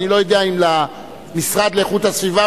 אני לא יודע אם למשרד לאיכות הסביבה,